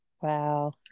Wow